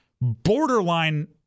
borderline